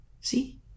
See